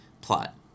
plot